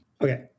Okay